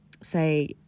say